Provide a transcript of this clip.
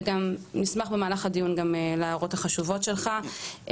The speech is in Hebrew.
ונשמח גם במהלך הדיון להערות החשובות שלך.